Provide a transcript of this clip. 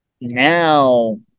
now